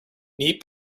neat